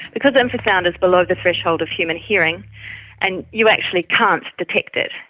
because infrasound is below the threshold of human hearing and you actually can't detect it,